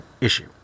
issue